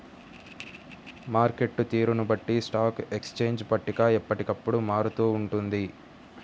market తీరును బట్టి stock exchange పట్టిక ఎప్పటికప్పుడు మారుతూ ఉంటుంది